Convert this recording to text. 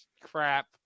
crap